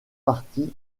partie